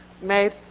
made